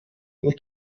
und